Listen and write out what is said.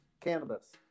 cannabis